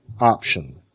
option